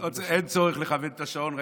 אין צורך לכוון את השעון.